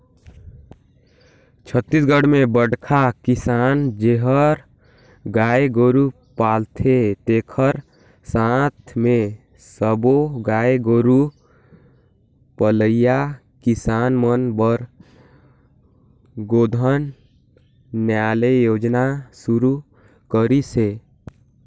छत्तीसगढ़ में बड़खा किसान जेहर गाय गोरू पालथे तेखर साथ मे सब्बो गाय गोरू पलइया किसान मन बर गोधन न्याय योजना सुरू करिस हे